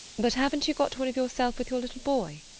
but haven't you got one of yourself with your little boy?